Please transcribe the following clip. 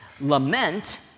lament